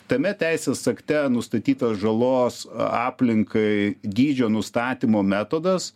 tame teisės akte nustatytos žalos a aplinkai dydžio nustatymo metodas